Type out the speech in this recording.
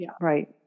Right